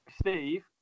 Steve